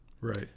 Right